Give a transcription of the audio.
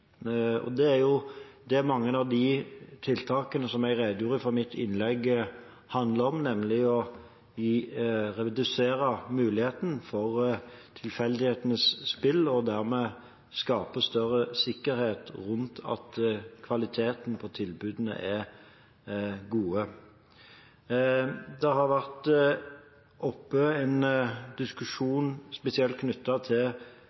Det er jo det mange av de tiltakene som jeg redegjorde for i mitt innlegg, handler om, nemlig å redusere muligheten for «tilfeldighetenes spill», og dermed skape større sikkerhet rundt at kvaliteten på tilbudene er god. Det har vært oppe en diskusjon knyttet spesielt til